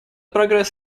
прогресс